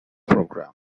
program